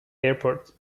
airport